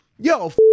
yo